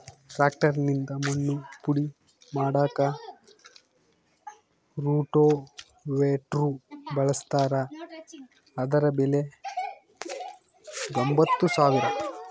tractor ನಿಂದ ಮಣ್ಣು ಪುಡಿ ಮಾಡಾಕ ರೋಟೋವೇಟ್ರು ಬಳಸ್ತಾರ ಅದರ ಬೆಲೆ ಎಂಬತ್ತು ಸಾವಿರ